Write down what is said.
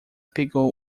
pegou